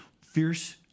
Fierce